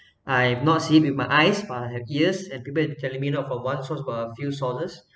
I've not see with my eyes but I have ears and people telling not for once sort of a few saw her